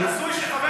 זה הזוי שחבר כנסת,